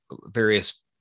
various